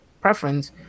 preference